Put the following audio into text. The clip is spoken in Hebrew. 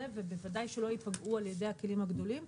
ובוודאי שלא ייפגעו על ידי הכלים הגדולים,